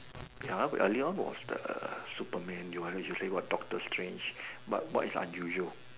ya lah that one was the Superman you want me to say what doctor strange but but it's unusual